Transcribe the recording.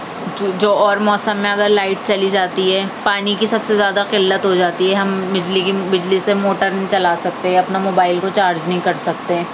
جو جو اور موسم میں اگر لائٹ چلی جاتی ہے پانی کی سب سے زیادہ قلت ہو جاتی ہے ہم بجلی کی بجلی سے موٹر نہیں چلا سکتے اپنا موبائل کو چارج نہیں کر سکتے